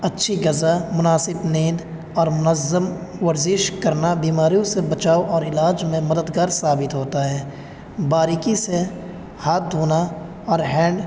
اچھی غذا مناسب نیند اور منظم ورزش کرنا بیماریوں سے بچاؤ اور علاج میں مددگار ثابت ہوتا ہے باریکی سے ہاتھ دھونا اور ہینڈ